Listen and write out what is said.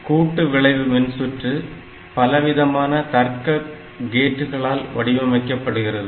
கூட்டு விளைவு மின் சுற்று பலவிதமான தர்க்க கேட்களால் வடிவமைக்கப்படுகிறது